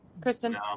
Kristen